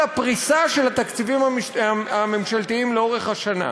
הפריסה של התקציבים הממשלתיים לאורך השנה,